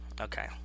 Okay